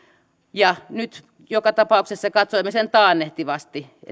ja nyt joka tapauksessa katsoimme sen taannehtivasti